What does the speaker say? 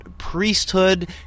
priesthood